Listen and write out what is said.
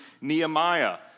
Nehemiah